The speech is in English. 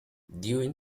during